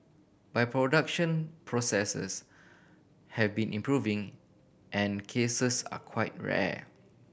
but production processes have been improving and cases are quite rare